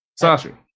Sasha